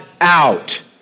out